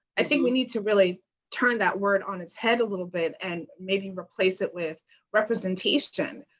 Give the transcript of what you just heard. i think we need to really turn that word on its head a little bit and maybe replace it with representation.